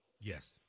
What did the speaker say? Yes